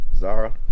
Zara